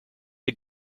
egg